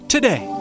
Today